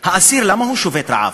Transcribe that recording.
האסיר, למה הוא שובת רעב?